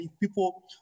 people